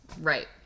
right